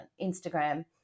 Instagram